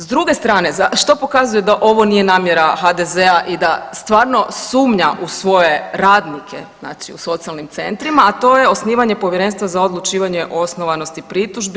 S druge strane, što pokazuje da ovo nije namjera HDZ-a i da stvarno sumnja u svoje radnike znači u socijalnim centrima, a to osnivanje povjerenstva za odlučivanje o osnovanosti pritužbi.